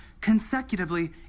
consecutively